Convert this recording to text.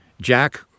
Jack